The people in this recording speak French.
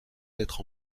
d’être